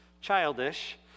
childish